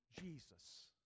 Jesus